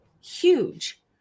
huge